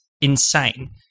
insane